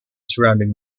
surrounding